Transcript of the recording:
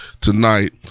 tonight